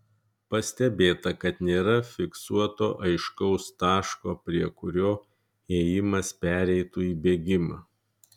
pastebėta kad nėra fiksuoto aiškaus taško prie kurio ėjimas pereitų į bėgimą